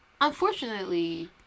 unfortunately